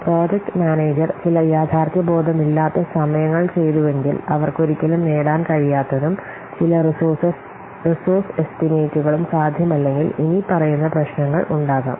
project manager ചില യാഥാർത്ഥ്യബോധമില്ലാത്ത സമയങ്ങൾ ചെയ്തുവെങ്കിൽ അവർക്ക് ഒരിക്കലും നേടാൻ കഴിയാത്തതും ചില റിസോഴ്സ് എസ്റ്റിമേറ്റുകളും സാധ്യമല്ലെങ്കിൽ ഇനിപ്പറയുന്ന പ്രശ്നങ്ങൾ ഉണ്ടാകാം